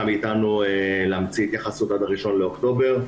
מאתנו להמציא התייחסות עד ה-1 באוקטובר,